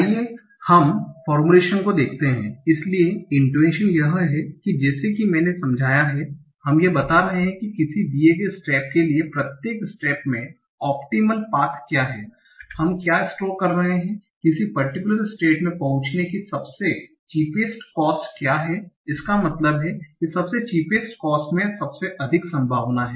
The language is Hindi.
आइए हम फोर्मूलेशन को देखते हैं इसलिए इंटुयन्शन यह है कि जैसा कि मैंने समझाया है हम यह बता रहे हैं कि किसी दिए गए स्टेप के लिए प्रत्येक स्टेट में ओपटीमल पाथ क्या है हम क्या स्टोर कर रहे हैं किसी परटिक्युलर स्टेट में पहुंचने की सबसे चीपेस्ट कोस्ट क्या है इसका मतलब है कि सबसे चीपेस्ट कोस्ट में सबसे अधिक संभावना है